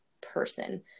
person